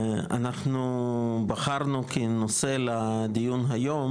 אנחנו בחרנו כנושא לדיון היום